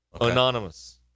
Anonymous